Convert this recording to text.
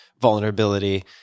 Vulnerability